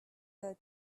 the